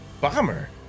Bomber